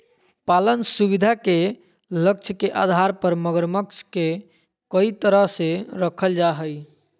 पालन सुविधा के लक्ष्य के आधार पर मगरमच्छ के कई तरह से रखल जा हइ